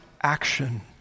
action